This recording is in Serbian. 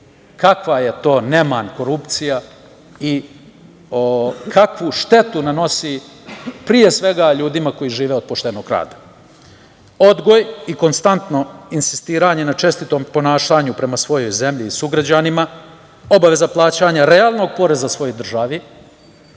kakva je to neman korupcija i kakvu štetu nanosi, pre svega ljudima koji žive od poštenog rada. Odgoj i konstantno insistiranje na čestitom ponašanju prema svojoj zemlji i sugrađanima, obaveza plaćanja realnog poreza svojoj državi,